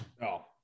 no